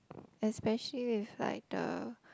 especially if like the